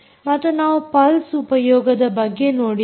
ಮತ್ತು ನಾವು ಪಲ್ಸ್ ಉಪಯೋಗದ ಬಗ್ಗೆ ನೋಡಿದ್ದೇವೆ